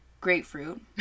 grapefruit